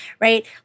right